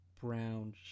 brown